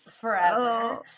forever